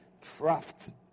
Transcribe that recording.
trust